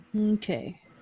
Okay